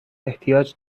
احتیاج